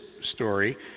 story